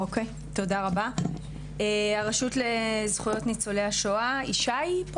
אוקי, תודה רבה, הרשות לזכויות ניצולי השואה, ישי.